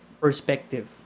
perspective